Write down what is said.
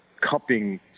cupping